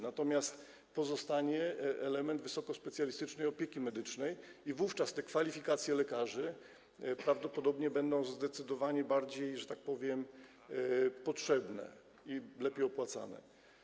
Natomiast pozostanie element wysokospecjalistycznej opieki medycznej i wówczas kwalifikacje lekarzy prawdopodobnie będą zdecydowanie bardziej potrzebne i lepiej opłacane.